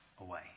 away